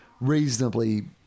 reasonably